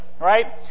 Right